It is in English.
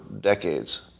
decades